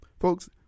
folks